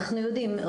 אנחנו יודעים,